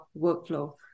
workflow